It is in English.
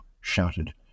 shouted